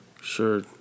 sure